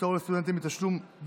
תנאי זכאות לדמי לידה),